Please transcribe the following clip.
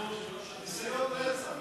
ניסיון רצח,